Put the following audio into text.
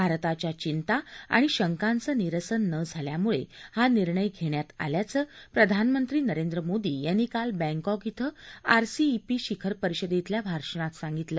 भारताच्या चिंता आणि शंकांचं निरसन न झाल्यामुळे हा निर्णय घेण्यात आल्याचं प्रधानमंत्री नरेंद्र मोदी यांनी काल बँकॉक ॐ आरसीईपी शिखर परिषदेतल्या भाषणात सांगितलं